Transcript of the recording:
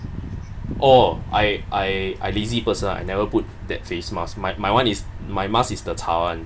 orh I I I lazy person ah I never put that face mask my my [one] is my mask is the 擦 [one]